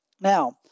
Now